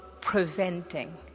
preventing